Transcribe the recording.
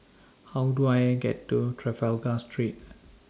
How Do I get to Trafalgar Street